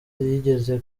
yigeze